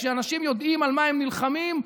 כשאנשים יודעים על מה הם נלחמים,